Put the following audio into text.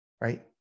right